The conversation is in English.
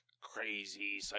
crazy